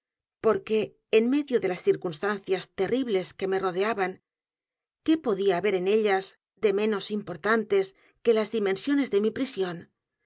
porque en medio de las circunstancias terribles que me rodeaban qué podía haber en ellas de menos importantes que las dimensiones de mi prisión